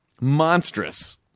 monstrous